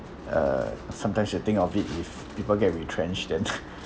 uh sometimes you think of it if people get retrenched then